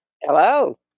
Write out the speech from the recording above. Hello